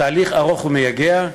תהליך ארוך ומייגע,